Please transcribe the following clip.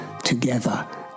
together